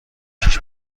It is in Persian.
پیش